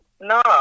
no